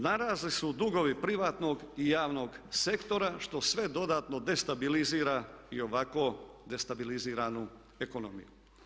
Narasli su dugovi privatnog i javnog sektora što sve dodatno destabilizira i ovako destabiliziranu ekonomiju.